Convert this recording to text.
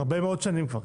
הרבה מאוד שנים כבר.